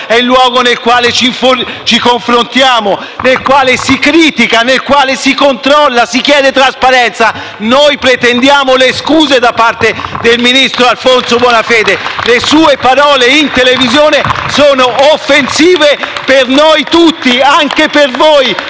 è il luogo nel quale ci confrontiamo, nel quale si critica, nel quale si controlla e si chiede trasparenza. Noi pretendiamo le scuse da parte del ministro Alfonso Bonafede. *(Applausi dai Gruppi PD e Misto).* Le sue parole in televisione sono offensive per noi tutti e anche per voi,